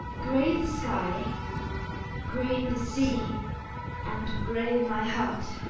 gray the sky gray the sea and gray my heart.